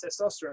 testosterone